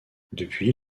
depuis